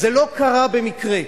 זה לא קרה במקרה.